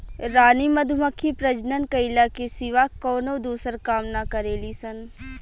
रानी मधुमक्खी प्रजनन कईला के सिवा कवनो दूसर काम ना करेली सन